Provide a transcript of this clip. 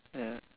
ya